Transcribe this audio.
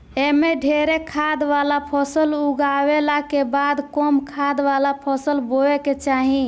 एमे ढेरे खाद वाला फसल उगावला के बाद कम खाद वाला फसल बोए के चाही